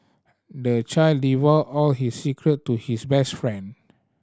the child divulged all his secret to his best friend